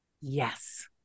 Yes